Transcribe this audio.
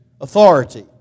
authority